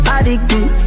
Addicted